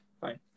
Fine